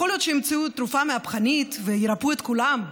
יכול להיות שימצאו תרופה מהפכנית וירפאו את כולם.